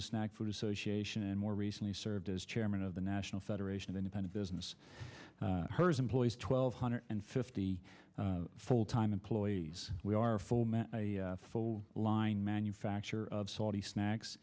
the snack food association and more recently served as chairman of the national federation of independent business herz employees twelve hundred and fifty full time employees we are a full line manufacturer of saudi